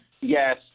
Yes